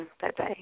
Bye-bye